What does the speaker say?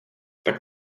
tak